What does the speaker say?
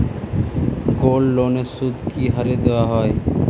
গোল্ডলোনের সুদ কি হারে দেওয়া হয়?